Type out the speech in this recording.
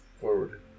forward